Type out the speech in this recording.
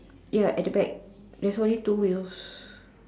ya at the back there's only two wheels